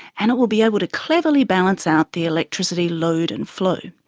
and it will be able to cleverly balance out the electricity load and flow.